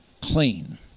clean